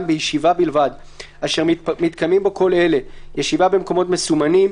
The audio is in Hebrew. בישיבה בלבד אשר מתקיימים בו כל אלה: ישיבה במקומות מסומנים,